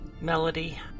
melody